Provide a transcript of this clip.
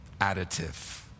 additive